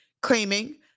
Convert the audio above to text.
claiming